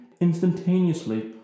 instantaneously